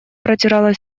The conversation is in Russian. протирала